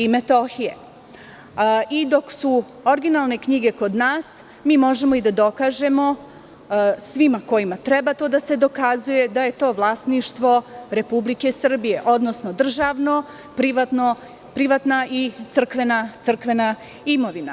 I dok su originalne knjige kod nas, mi možemo i da dokažemo svima kojima treba to da se dokazuje da je to vlasništvo Republike Srbije, odnosno državno, privatna i crkvena imovina.